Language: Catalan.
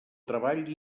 treball